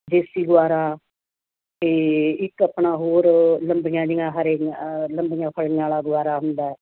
ਦੇਸੀ ਗੁਆਰਾ ਅਤੇ ਇੱਕ ਆਪਣਾ ਹੋਰ ਲੰਬੀਆਂ ਜਿਹੀਆਂ ਹਰੇ ਦੀਆਂ ਲੰਬੀਆਂ ਫਲੀਆਂ ਵਾਲਾ ਗੁਆਰਾ ਹੁੰਦਾ ਹੈ